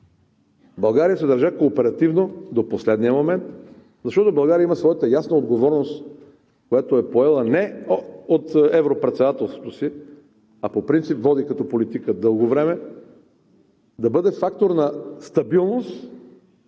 България се държа кооперативно до последния момент, защото България има своята ясна отговорност, която е поела не от Европредседателството си, а от дълго време води политика да бъде фактор на стабилност,